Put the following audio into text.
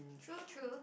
true true